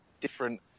different